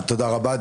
תודה רבה.